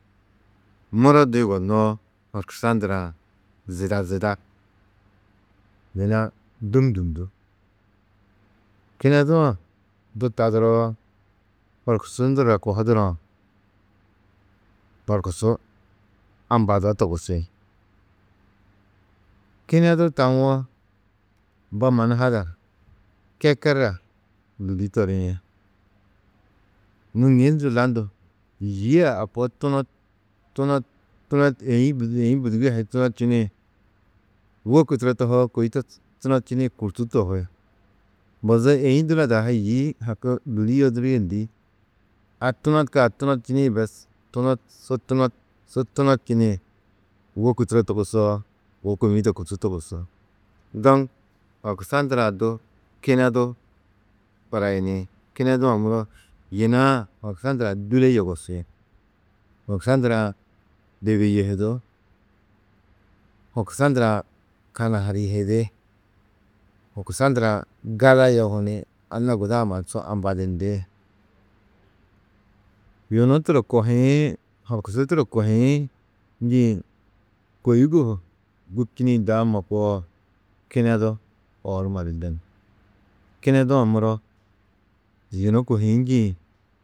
01:24muro du yugonnoo, horkusa ndurã zida, zida, yina dûmndundú. Kinedu-ã du taduroo, horkusu ndur a kohudurã, horkusu ambado togusi. Kinedu tawo mbo mannu hadar: « keker a lûli toriĩ » Nû ŋîsndu landu « yî a a koo di tunot, tunot, êĩ bûdugi a hi tunot činĩ wôku turo tohoo, kôi to tunotčinĩ kûrtu tohi » Mbozoo, êĩ dunodo a hi yî haki lûli yodirîe ndî. A tunotkaa tunotčinĩ bes tunot su tunot su tunot su tunot činĩ wôku turo togusoo, wô kômiĩ to kûrtu togusi. horkusa ndurã du kinedu barayini. Kinedu-ã muro yina-ã horkusa ndurã dûle yogusi, horkusa ndurã bibiyihidú, horkusa ndurã kanaharyihidi, horkusa ndurã gala yohu ni anna guda-ã mannu su ambadindi. Yunu turo kohiĩ, horkusu turo kohiĩ, njîĩ kôigo ho gûbčini daamo koo, kinedu oor numa du dunu. Kinedu-ã muro yunu kohîĩ.